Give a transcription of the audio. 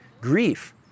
Grief